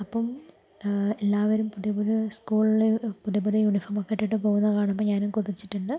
അപ്പം എല്ലാവരും പുതിയ പുതിയ സ്കൂളില് പുതിയ പുതിയ യൂണിഫോം ഒക്കെ ഇട്ടിട്ട് പോകുന്ന കാണുമ്പം ഞാനും കൊതിച്ചിട്ടുണ്ട്